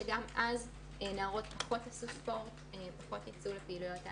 וגם אז נערות פחות עשו ספורט ופחות יצאו לפעילויות העשרה.